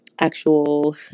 actual